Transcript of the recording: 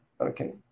Okay